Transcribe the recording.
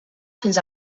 fins